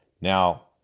Now